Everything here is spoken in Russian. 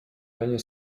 ранее